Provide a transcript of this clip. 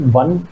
one